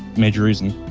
major reason.